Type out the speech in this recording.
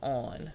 on